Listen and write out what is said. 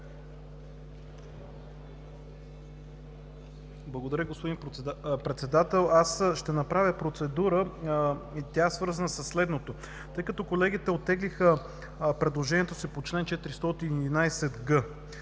Благодаря, господин Председател. Аз ще направя процедура и тя е свързана със следното: тъй като колегите оттеглиха предложението си по чл. 411г,